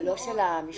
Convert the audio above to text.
לא, לא של המשפט החוזר.